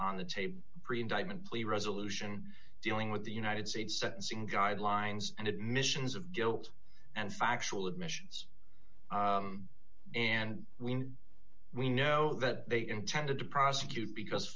on the table preen diamond plea resolution dealing with the united states sentencing guidelines and admissions of guilt and factual admissions and when we know that they intended to prosecute because